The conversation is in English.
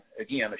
Again